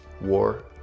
war